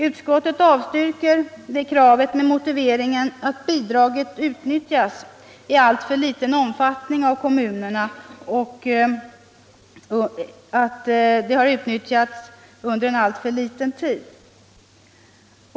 Utskottet avstyrker det kravet med motiveringen att bidraget av kommunerna utnyttjats i alltför liten omfattning och under alltför kort tid.